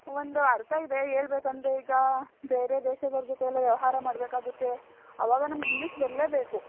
ಒಂದು ಅರ್ಥ ಇದೆ ಹೇಳ್ಬೇಕಂದ್ರೆ ಈಗ ಬೇರೆ ದೇಶದವ್ರ ಜೊತೆ ಎಲ್ಲ ವ್ಯವಯ್ಹಾರ ಮಾಡಬೇಕಾಗುತ್ತೆ ಅವಾಗ ನಮ್ಗೆ ಇಂಗ್ಲೀಷ್ ಬರಲೇಬೇಕು